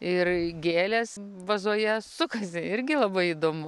ir gėlės vazoje sukasi irgi labai įdomu